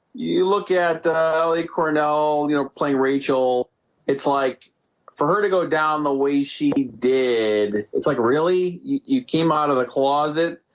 you look at the ellie cornell, you know play rachel it's like for her to go down the way she did. it's like really you came out of the closet